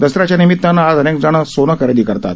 दसऱ्याच्या निमितानं आज अनेकजण सोनं खरेदी करतात